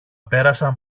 πέρασαν